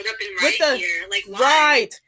right